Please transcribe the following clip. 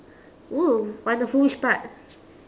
oo wonderful which part